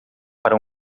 para